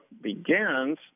begins